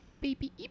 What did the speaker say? Baby